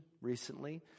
recently